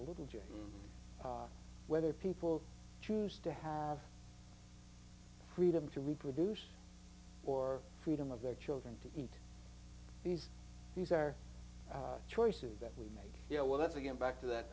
a little joy whether people choose to have freedom to reproduce or freedom of their children to eat these things are choices that we make you know well that's again back to that